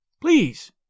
Please